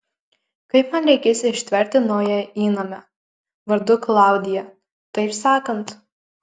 kaip man reikės ištverti naują įnamę vardu klaudija taip sakant